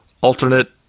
alternate